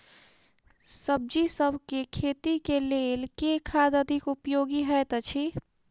सब्जीसभ केँ खेती केँ लेल केँ खाद अधिक उपयोगी हएत अछि?